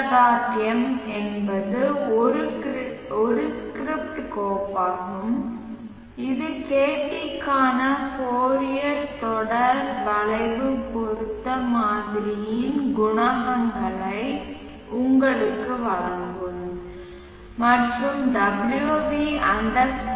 m என்பது ஒரு script கோப்பாகும் இது kt க்கான ஃபோரியர் தொடர் வளைவு பொருத்தம் மாதிரியின் குணகங்களை உங்களுக்கு வழங்கும் மற்றும் wv India